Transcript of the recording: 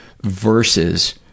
versus